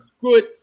good